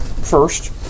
First